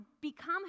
become